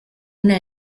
una